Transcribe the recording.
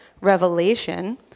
revelation